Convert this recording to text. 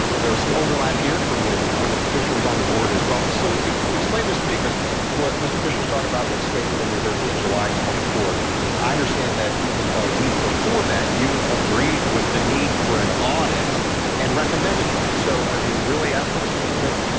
there was some overlap from when mr. fisher was on the board as well. so explain this to me, because what mr. fisher is talking about, that statement we heard was july twenty fourth. i understand that even a week before that you agreed with the need for an audit and recommended one, so are you really after the same thing?